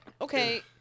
okay